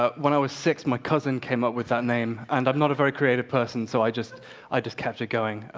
when i was six, my cousin came up with that name and i'm not a very creative person so i just i just kept it going.